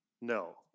No